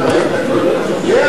הביתה